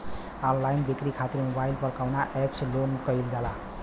Online बिक्री खातिर mobile पर कवना एप्स लोन कईल जाला?